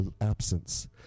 absence